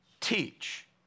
Teach